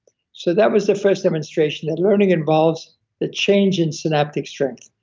so that was the first demonstration that learning involves the change in synaptic strength.